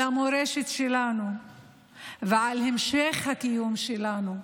על המורשת שלנו ועל המשך הקיום שלנו.